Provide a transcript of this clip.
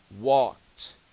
walked